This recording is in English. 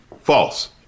False